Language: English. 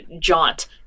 jaunt